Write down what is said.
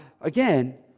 again